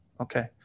Okay